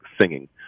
singing